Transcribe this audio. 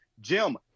Jim